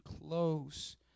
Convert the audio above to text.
close